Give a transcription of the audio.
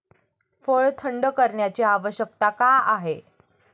फळ थंड करण्याची आवश्यकता का आहे?